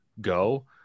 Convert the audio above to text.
Go